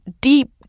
deep